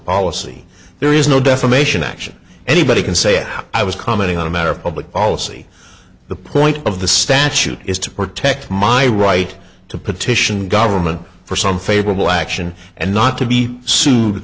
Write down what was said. policy there is no defamation action anybody can say i was commenting on a matter of public policy the point of the statute is to protect my right to petition government for some favorable action and not to be sued